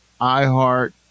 iheart